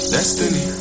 Destiny